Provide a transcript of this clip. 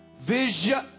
vision